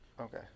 Okay